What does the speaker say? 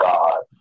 God